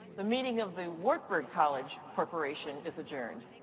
the meeting of the wartburg college corporation is adjourned.